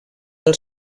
del